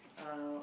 uh